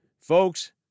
Folks